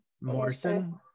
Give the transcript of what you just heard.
Morrison